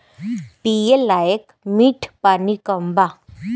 पिए लायक मीठ पानी कम बा